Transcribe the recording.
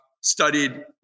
studied